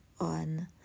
on